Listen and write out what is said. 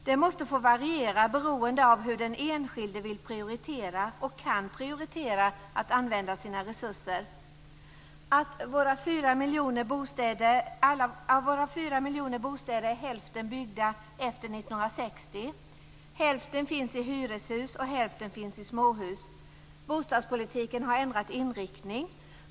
Det måste få variera beroende av hur den enskilde vill prioritera och kan prioritera att använda sina resurser. Av våra fyra miljoner bostäder är hälften byggda efter 1960. Hälften finns i hyreshus och hälften finns i småhus. Bostadspolitiken har ändrat inriktning.